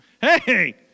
hey